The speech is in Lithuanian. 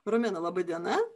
romena laba diena